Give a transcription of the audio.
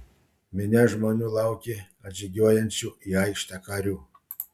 minia žmonių laukė atžygiuojančių į aikštę karių